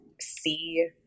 see